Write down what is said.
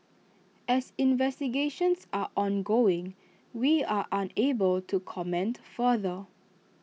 as investigations are ongoing we are unable to comment further